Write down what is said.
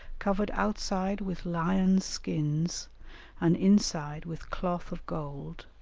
covered outside with lions' skins and inside with cloth of gold,